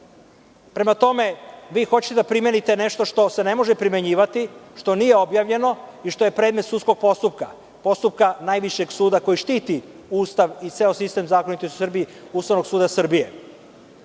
tome, vi hoćete da primenite nešto što se ne može primenjivati, što nije objavljeno i što je predmet sudskog postupka, postupka najvišeg suda koji štiti Ustav i ceo sistem zakona u Srbiji Ustavnog suda Srbije. Vi